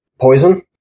poison